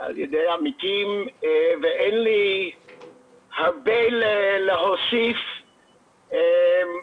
על ידי עמיתים ואין לי הרבה להוסיף אלא